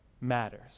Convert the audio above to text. matters